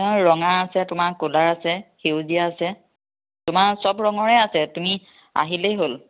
অঁ ৰঙা আছে তোমাৰ ক'লা আছে সেউজীয়া আছে তোমাৰ সব ৰঙৰে আছে তুমি আহিলেই হ'ল